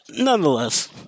nonetheless